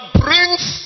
brings